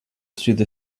through